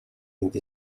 vint